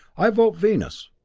i vote venus.